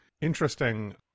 interesting